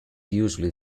usually